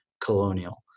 colonial